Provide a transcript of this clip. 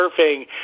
surfing